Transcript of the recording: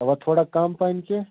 اَوا تھوڑا کم پہم کیٚنٛہہ